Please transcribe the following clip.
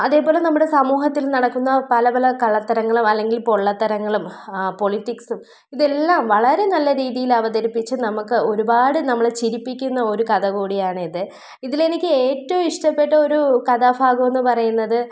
അതേപോലെ നമ്മുടെ സമൂഹത്തിൽ നടക്കുന്ന പല പല കള്ളത്തരങ്ങളും അല്ലെങ്കിൽ പൊള്ളത്തരങ്ങളും പൊളിറ്റിക്സും ഇതെല്ലാം വളരെ നല്ല രീതിയിൽ അവതരിപ്പിച്ച് നമ്മുക്ക് ഒരുപാട് നമ്മളെ ചിരിപ്പിക്കുന്ന ഒരു കഥ കൂടിയാണിത് ഇതിൽ എനിക്ക് ഏറ്റവും ഇഷ്ടപ്പെട്ട ഒരു കഥാഭാഗമെന്ന് പറയുന്നത്